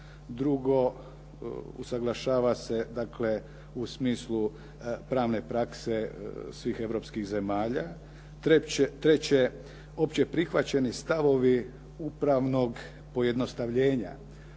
Drugo, usaglašava se, dakle u smislu pravne prakse svih europskih zemalja. Treće, opće prihvaćeni stavovi upravnog pojednostavljenja,